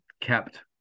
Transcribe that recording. kept